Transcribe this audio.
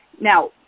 Now